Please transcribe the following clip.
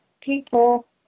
people